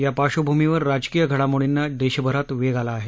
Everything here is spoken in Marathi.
या पार्श्वभूमीवर राजकीय घडामोडींना देशभरात वेग आला आहे